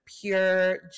pure